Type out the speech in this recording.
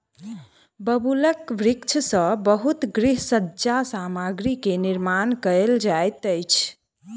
बबूलक वृक्ष सॅ बहुत गृह सज्जा सामग्री के निर्माण कयल जाइत अछि